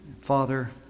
Father